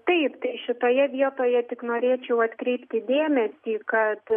taip tai šitoje vietoje tik norėčiau atkreipti dėmesį kad